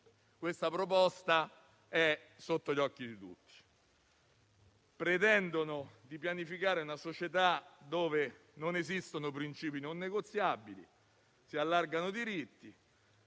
questa proposta è sotto gli occhi di tutti. Pretendono di pianificare una società in cui non esistono principi non negoziabili, si allargano diritti